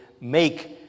make